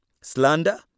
slander